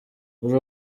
uri